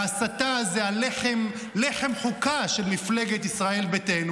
וההסתה היא לחם חוקה של מפלגת ישראל ביתנו,